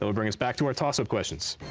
so bring us back to our toss-up questions.